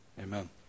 Amen